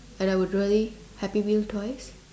and I would really happy meal toys